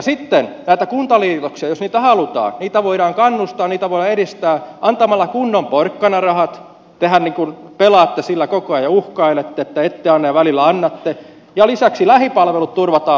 sitten näihin kuntaliitoksiin jos niitä halutaan voidaan kannustaa niitä voidaan edistää antamalla kunnon porkkanarahat tehän niin kuin pelaatte sillä koko ajan uhkailette että ette anna ja välillä annatte ja lisäksi lähipalvelut turvataan lailla